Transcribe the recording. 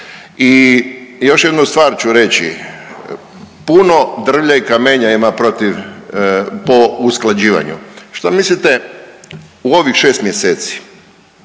I još jednu stvar ću reći. Puno drvlja i kamenja ima protiv po usklađivanju. Što mislite u ovih 6 mjeseci